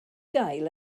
gael